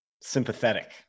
sympathetic